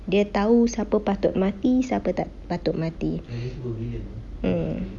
dia tahu siapa patut mati siapa tak patut mati mm